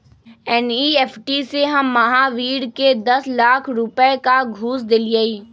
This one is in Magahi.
एन.ई.एफ़.टी से हम महावीर के दस लाख रुपए का घुस देलीअई